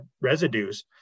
residues